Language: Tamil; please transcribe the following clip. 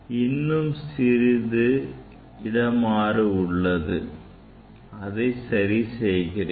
இன்னும் சிறிது இடமாறு உள்ளது அதனை சரி செய்கிறேன்